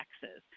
taxes